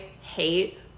hate